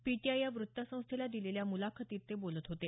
PTI या वृत्तसंस्थेला दिलेल्या मुलाखतीत ते बोलत होते